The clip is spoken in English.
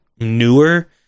newer